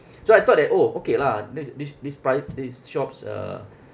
so I thought that orh okay lah this this this pri~ these shops uh